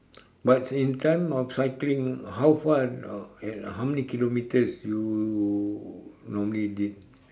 but in time of cycling how far uh how many kilometres you normally did